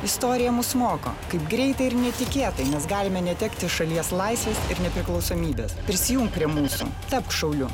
istorija mus moko kaip greitai ir netikėtai mes galime netekti šalies laisvės ir nepriklausomybės prisijunk prie mūsų tapk šauliu